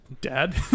dad